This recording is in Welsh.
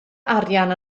arian